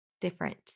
different